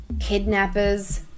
kidnappers